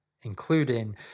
including